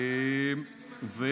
אתה שמח על ניגוד העניינים הזה?